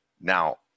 Now